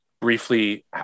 briefly